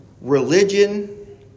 religion